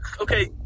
okay